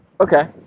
okay